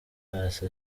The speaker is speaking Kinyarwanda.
paccy